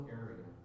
area